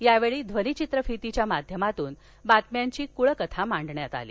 यावेळी ध्वनीचित्रफितीच्या माध्यमातून बातम्यांची कळकथा मांडण्यात आली